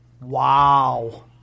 Wow